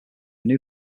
new